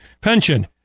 pension